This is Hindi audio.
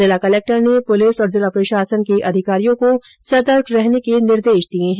जिला कलेक्टर ने पुलिस और जिला प्रशासन के अधिकारियों को सतर्क रहने के निर्देश दिए हैं